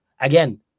Again